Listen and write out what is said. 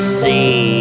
see